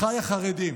אחיי החרדים,